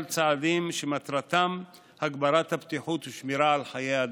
צעדים שמטרתם הגברת הבטיחות ושמירה על חיי אדם.